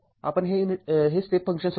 आपण हे step function सोडवू